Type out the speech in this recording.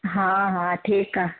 हा हा ठीकु आहे